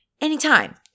anytime